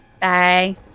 Bye